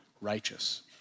righteous